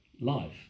life